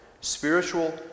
spiritual